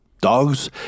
dogs